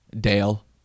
Dale